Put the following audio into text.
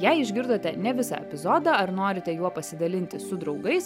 jei išgirdote ne visą epizodą ar norite juo pasidalinti su draugais